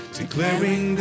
declaring